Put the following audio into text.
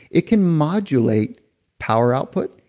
it can modulate power output.